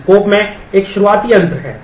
scope में एक शुरुआती अंत है